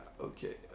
okay